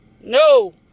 No